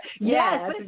Yes